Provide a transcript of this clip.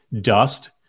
dust